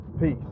Peace